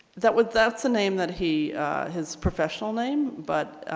that would that's the name that he his professional name but